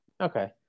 okay